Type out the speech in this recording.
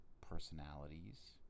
personalities